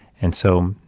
and so,